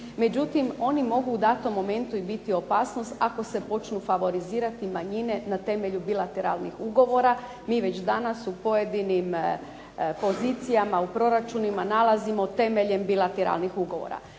Međutim, oni mogu u datom momentu biti opasnost ako se počnu favorizirati manjine na temelju bilatelarnih ugovora. Mi već danas u pojedinim pozicijama u proračunima nalazimo temeljem bilatelarnih ugovora.